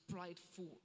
prideful